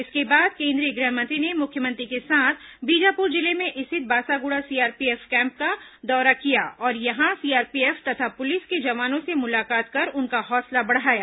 इसके बाद केंद्रीय गृहमंत्री ने मुख्यमंत्री के साथ बीजापुर जिले में स्थित बासागुड़ा सीआरपीएफ कैम्प का दौरा किया और यहां सीआरपीएफ तथा प्लिस के जवानों से मुलाकात कर उनका हौसला बढ़ाया